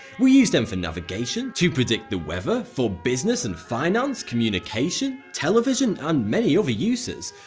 we use them for navigation, to predict the weather, for business and finance, communication, television and many other uses.